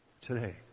today